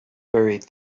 buried